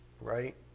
right